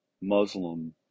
Muslim